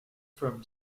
from